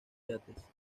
yates